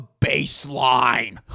baseline